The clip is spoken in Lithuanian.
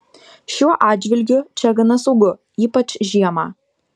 šiuo atžvilgiu čia gana saugu ypač žiemą